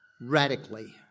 radically